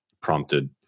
prompted